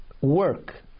work